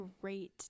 great